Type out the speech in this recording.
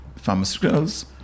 pharmaceuticals